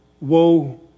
woe